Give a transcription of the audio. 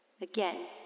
Again